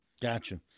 Gotcha